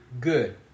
good